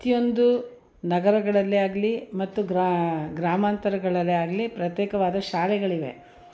ಪ್ರತಿಯೊಂದು ನಗರಗಳಲ್ಲಿ ಆಗಲಿ ಮತ್ತು ಗ್ರಾಮಾಂತರಗಳಲ್ಲಿ ಆಗಲಿ ಪ್ರತ್ಯೇಕವಾದ ಶಾಲೆಗಳಿವೆ